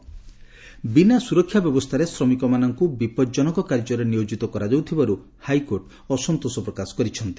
high court ବିନା ସୁରକ୍ଷା ବ୍ୟବସ୍ଷାରେ ଶ୍ରମିକମାନଙ୍କୁ ବିପଦ୍ଜନକ କାର୍ଯ୍ୟରେ ନିୟୋଜିତ କରାଯାଉଥିବାରୁ ହାଇକୋର୍ଚ ଅସନ୍ତୋଷ ପ୍ରକାଶ କରିଛନ୍ତି